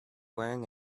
wearing